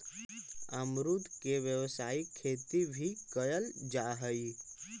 अमरुद के व्यावसायिक खेती भी कयल जा हई